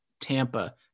Tampa